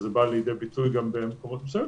וזה בא לידי ביטוי גם במקומות מסוימים,